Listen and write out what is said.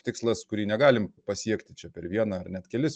tikslas kurį negalim pasiekti čia per vieną ar net kelis